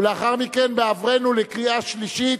ולאחר מכן, בעוברנו לקריאה שלישית,